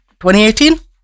2018